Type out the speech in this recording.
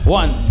one